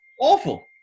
Awful